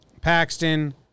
Paxton